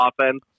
offense